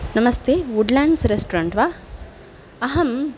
नमस्ते Woodlands restaurant वा अहं